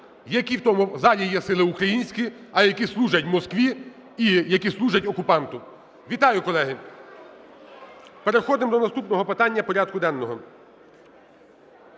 які в тому залі є сили українські, а які служать Москві і які служать окупанту. Вітаю, колеги! Переходимо донаступного питання порядку денного.